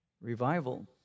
Revival